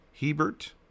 Hebert